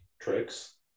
Tricks